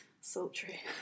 Sultry